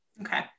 Okay